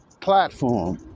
platform